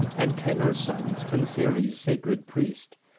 antenor's sons, and ceres' sacred priest.